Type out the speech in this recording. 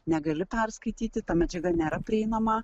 negali perskaityti ta medžiaga nėra prieinama